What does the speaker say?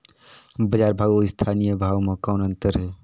बजार भाव अउ स्थानीय भाव म कौन अन्तर हे?